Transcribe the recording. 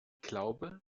glaube